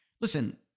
listen